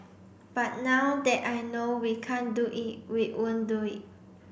but now that I know we can't do it we won't do it